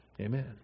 Amen